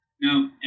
Now